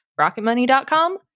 Rocketmoney.com